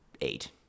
eight